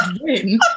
win